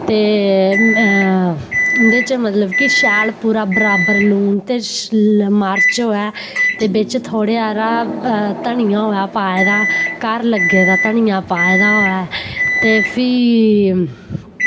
ते उं'दे च मतलब कि शैल पूरा बराबर लून ते शैल मर्च होऐ ते बिच्च थोह्ड़े हारा धनियां होऐ पाए दा घर लग्गे दा धनियां पाए दा होऐ ते फ्ही